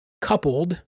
coupled